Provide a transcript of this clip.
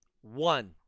one